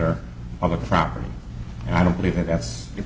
or public property and i don't believe that that's